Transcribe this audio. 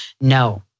No